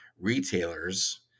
retailers